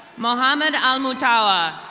mohammad almutawa.